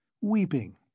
weeping